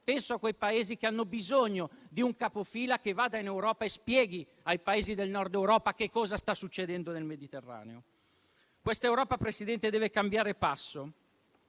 penso a quei Paesi che hanno bisogno di un capofila che vada in Europa e spieghi ai Paesi del Nord Europa cosa sta succedendo nel Mediterraneo. Questa Europa, Presidente, deve cambiare passo.